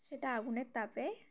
সেটা আগুনের তাপে